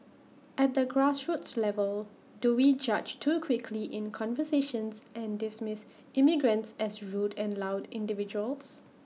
at the grassroots level do we judge too quickly in conversations and dismiss immigrants as rude and loud individuals